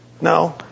No